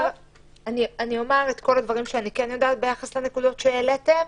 אני אומר את כל הדברים שאני כן יודעת ביחס לנקודות שהעליתם.